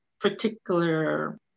particular